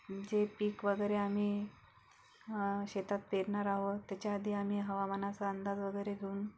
जे पीक वगैरे आम्ही शेतात पेरणार आहोत त्याच्या आधी आम्ही हवामानाचा अंदाज वगैरे घेऊन